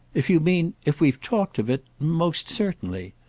if you mean if we've talked of it most certainly.